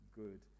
good